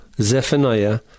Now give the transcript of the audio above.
Zephaniah